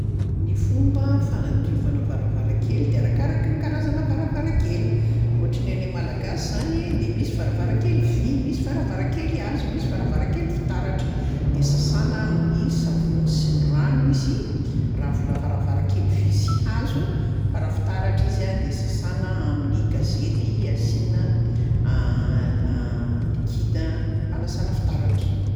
Ny fomba fanadiovana varavarankely de arakaraky ny karazana varavarankely; ohatry ny anay malagasy zany de misy varavarankely vy, misy varavarankely hazo, misy varavarankely fitaratra; de sasana amin'ny savony sy ny rano izy raha vola- varavarankely vy sy hazo fa raha fitaratra izy a de sasana amin'ny gazety asiana liquide a fanasana fitaratra.